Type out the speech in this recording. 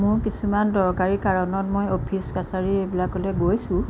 মোৰ কিছুমান দৰকাৰী কাৰণত মই অফিচ কাছাৰি এইবিলাকলৈ গৈছোঁ